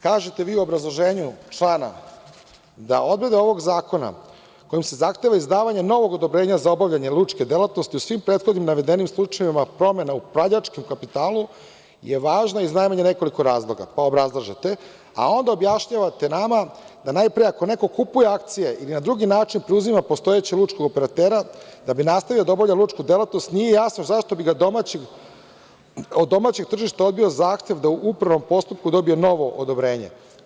Kažete u obrazloženju člana, da odredba ovog zakona kojim se zahteva izdavanje novog odobrenja za obavljanje lučke delatnosti u svim prethodnim navedenim slučajevima, promena u upravljačkom kapitalu, je važna iz najmanje nekoliko razloga, pa obrazlažete, a onda objašnjavate nama da najpre ako neko kupuje akcije ili na drugi način preuzima postojećeg lučkog operatera, da bi nastavio da obavlja lučku delatnost, nije jasno zašto bi od domaćeg tržišta odbio zahtev da u upravnom postupku dobije novo odobrenje.